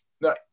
No